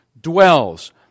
dwells